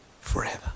forever